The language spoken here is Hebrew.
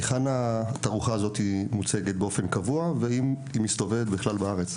היכן התערוכה הזאת מוצגת באופן קבוע והאם היא מסתובבת בכלל בארץ?